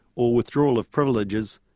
or withdrawal of privileges,